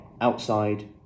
Outside